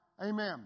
Amen